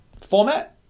format